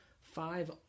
five